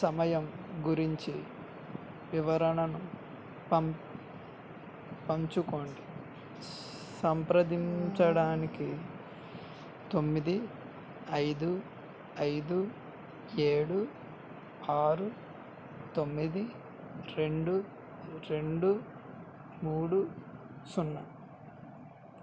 సమయం గురించి వివరణను పం పంచుకోండి సంప్రదించడానికి తొమ్మిది ఐదు ఐదు ఏడు ఆరు తొమ్మిది రెండు రెండు మూడు సున్నా